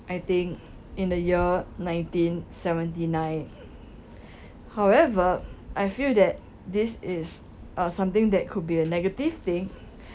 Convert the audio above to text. I think in the year nineteen seventy nine however I feel that this is something that could be a negative thing